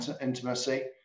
intimacy